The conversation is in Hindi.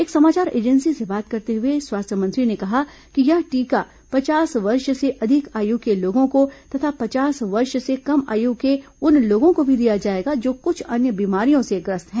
एक समाचार एजेंसी से बात करते हुए स्वास्थ्य मंत्री ने कहा कि यह टीका पचास वर्ष से अधिक आयु के लोगों को तथा पचास वर्ष से कम आयु के उन लोगों को भी दिया जाएगा जो कुछ अन्य बीमारियों से ग्रस्त हैं